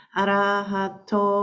arahato